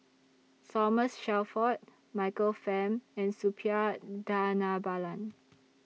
Thomas Shelford Michael Fam and Suppiah Dhanabalan